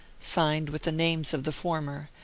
signed with the names of the former,